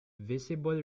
visible